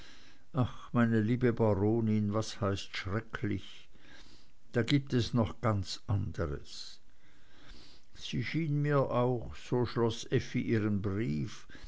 ach meine liebe baronin was heißt schrecklich da gibt es noch ganz anderes sie schien mich auch so schloß effi ihren brief